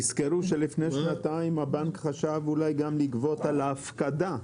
תזכרו שלפני שנתיים הבנק חשב אולי גם לגבות על ההפקדה,